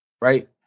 right